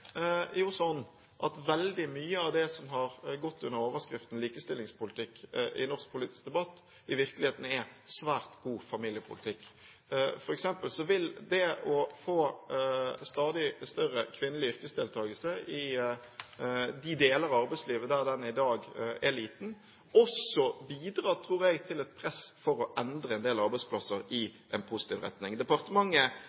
jo slik at veldig mye av det som har gått under overskriften likestillingspolitikk i norsk politisk debatt, i virkeligheten er svært god familiepolitikk. Jeg tror f.eks. at det å få stadig større kvinnelig yrkesdeltakelse i de deler av arbeidslivet der den i dag er liten, også vil bidra til et press for å endre en del arbeidsplasser